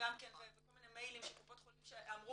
וכל מיני מיילים של קופות חולים שאמרו,